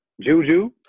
Juju